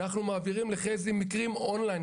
אנחנו מעבירים לחזי שוורצמן מקרים און-ליין,